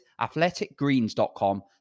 athleticgreens.com